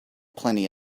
plenty